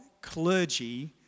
clergy